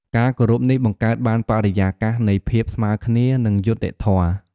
ការគោរពនេះបង្កើតបានបរិយាកាសនៃភាពស្មើគ្នា និងយុត្តិធម៌។